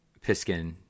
piskin